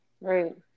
right